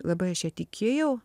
labai aš ja tikėjau